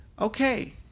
Okay